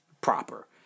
proper